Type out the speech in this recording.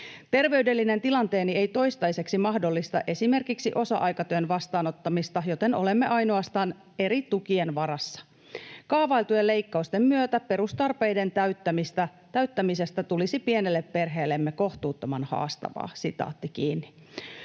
Terveydellinen tilanteeni ei toistaiseksi mahdollista esimerkiksi osa-aikatyön vastaanottamista, joten olemme ainoastaan eri tukien varassa. Kaavailtujen leik-kausten myötä perustarpeiden täyttämisestä tulisi pienelle perheellemme kohtuuttoman haastavaa.” Arvoisa